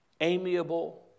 amiable